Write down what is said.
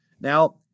Now